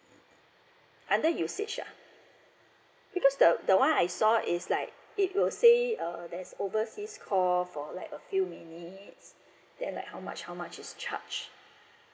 under usage ah because the the one I saw is like it will say uh there's overseas call for like a few minutes then like how much how much is charge